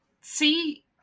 see